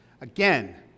Again